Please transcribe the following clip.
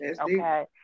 Okay